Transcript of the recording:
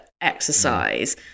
exercise